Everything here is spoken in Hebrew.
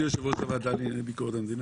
יושב-ראש הוועדה לענייני ביקורת המדינה?